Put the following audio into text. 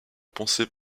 pensée